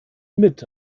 mit